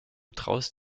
traust